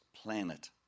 planet